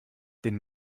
den